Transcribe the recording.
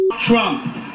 Trump